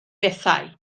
bethau